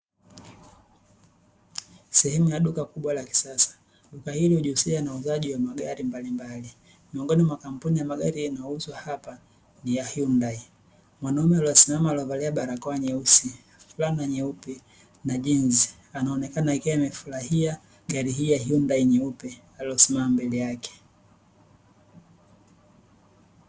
Sehemu ya duka kubwa la kisasa, duka hili hujihusisha na uuzaji wa magari mbalimbali, miongoni mwa kampuni ya magari yanayouzwa hapa ni ya Hyundai. Mwanaume aliyesimama, aliyevalia barakoa nyeusi, fulana nyeupe na jinzi anaonekana akiwa amefurahia gari hii ya Hyundai nyeupe aliyosimama mbele yake.